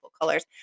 colors